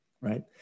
right